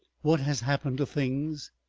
what has happened to things?